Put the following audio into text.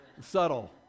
subtle